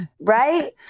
right